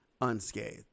unscathed